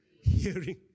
hearing